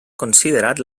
considerat